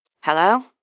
hello